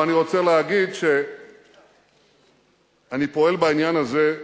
אבל אני רוצה להגיד שאני פועל בעניין הזה